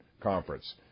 Conference